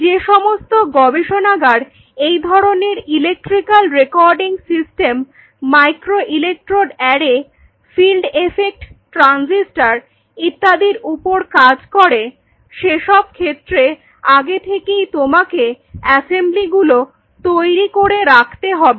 যেসমস্ত গবেষণাগার এই ধরনের electrical recording system micro electrode array field effect transistor ইত্যাদির উপর কাজ করে সেসব ক্ষেত্রে আগে থেকেই তোমাকে অ্যাসেম্বলিগুলো তৈরি করে রাখতে হবে